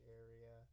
area